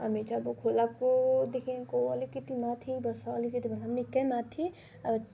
हामी चाहिँ अब खोलाको देखिनको अलिकति माथि बस्छ अलिकति भन्दा निकै माथि अब